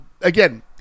again